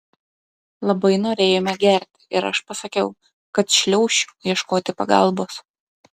labai norėjome gerti ir aš pasakiau kad šliaušiu ieškoti pagalbos